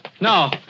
No